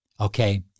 Okay